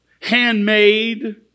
handmade